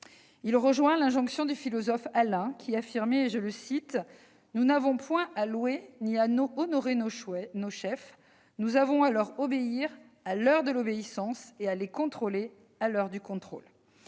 Cela rejoint l'injonction du philosophe Alain :« Nous n'avons point à louer ni à honorer nos chefs, nous avons à leur obéir à l'heure de l'obéissance, et à les contrôler à l'heure du contrôle.